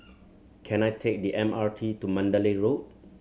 can I take the M R T to Mandalay Road